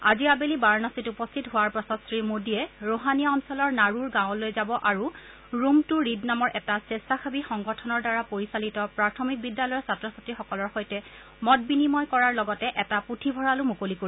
আজি আবেলি বাৰানসীত উপস্থিত হোৱাৰ পাছত শ্ৰীমোদীয়ে ৰোহানিয়া অঞ্চলৰ নাৰুৰ গাঁৱলৈ যাব আৰু ৰুম টু ৰিড নামৰ এটা স্কেছাসেৰী সংগঠনৰ দ্বাৰা পৰিচালিত প্ৰাথমিক বিদ্যালয়ৰ ছাত্ৰ ছাত্ৰীসকলৰ সৈতে মত বিনিময় কৰাৰ লগতে এটা পুথিভঁডালো মুকলি কৰিব